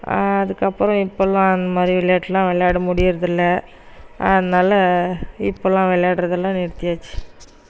அதுக்கப்புறம் இப்பெல்லாம் அந்தமாதிரி விளையாட்டெல்லாம் விளையாட முடிகிறது இல்லை அதனால இப்பெல்லாம் விளையாடுறதெல்லாம் நிறுத்தியாச்சு